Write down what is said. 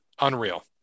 Unreal